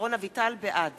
דורון אביטל, בעד